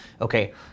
okay